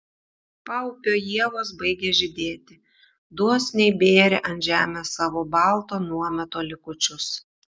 paupio ievos baigė žydėti dosniai bėrė ant žemės savo balto nuometo likučius